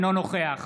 אינו נוכח